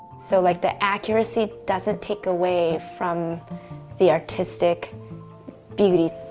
so like the accuracy doesn't take away from the artistic beauty.